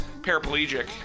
paraplegic